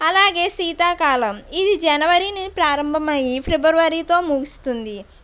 అలాగే శీతాకాలం ఇది జనవరిన ప్రారంభమై ఫిబ్రవరితో ముగుస్తుంది